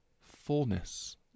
fullness